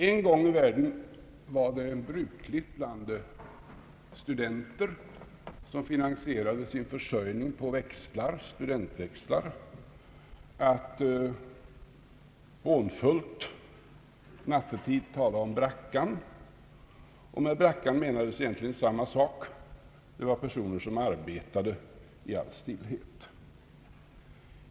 En gång i världen var det brukligt bland studenter som finansierade sin försörjning på studentväxlar att hånfullt nattetid tala om brackan. Med brackan menades egentligen samma sak. Det var personer som arbetade i all stillhet.